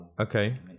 Okay